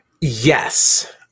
Yes